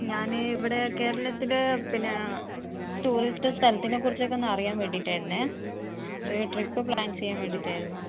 ഞാൻ ഇവിടെ കേരളത്തിൽ പിന്നെ ടൂറിസ്റ്റ് സ്ഥലത്തിനെ കുറിച്ചൊക്കെയൊന്ന് അറിയാൻ വേണ്ടീട്ടാരുന്നേ ഒരു ട്രിപ്പ് പ്ലാൻ ചെയ്യാൻ വേണ്ടീട്ടായിരുന്നു